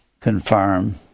confirm